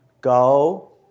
go